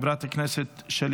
חברת הכנסת מאי גולן,